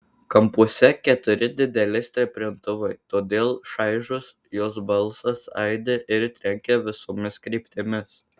kampuose keturi dideli stiprintuvai todėl šaižus jos balsas aidi ir trenkia visomis kryptimis